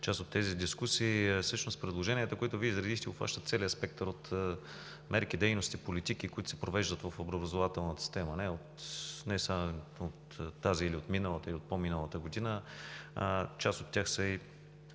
част от тези дискусии. Всъщност предложенията, които Вие изредихте, обхващат целия аспект от мерки, дейности, политики, които се провеждат в образователната система – не само от тази, от миналата или от пó миналата година, а част от тях са и